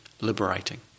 liberating